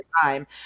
time